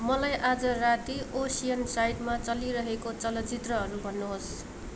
मलाई आज राति ओसियनसाइडमा चलिरहेको चलचित्रहरू भन्नुहोस्